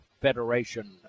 Federation